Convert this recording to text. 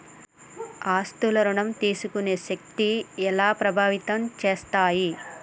ఆస్తుల ఋణం తీసుకునే శక్తి ఎలా ప్రభావితం చేస్తాయి?